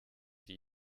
die